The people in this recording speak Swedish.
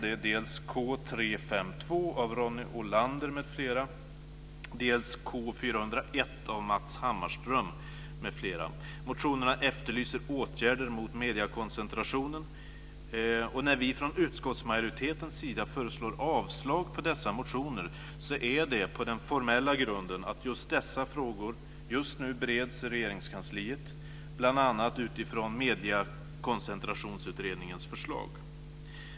Det är dels K352 av Ronny Olander m.fl., dels K401 av Matz Hammarström m.fl. Motionerna efterlyser åtgärder mot mediekoncentrationen, och när vi från utskottsmajoritetens sida föreslår avslag på dessa motioner är det på den formella grunden att just dessa frågor nu bereds i Regeringskansliet, bl.a. utifrån mediekoncentrationsutredningens förslag.